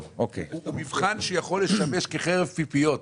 המבחן פה יכול לשמש כחרב פיפיות.